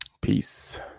Peace